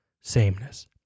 sameness